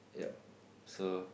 yup so